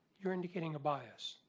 you're indicating a bias,